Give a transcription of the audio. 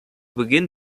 beginn